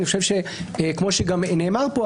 כמו שגם נאמר פה,